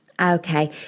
Okay